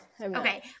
Okay